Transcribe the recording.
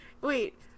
wait